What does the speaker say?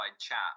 chat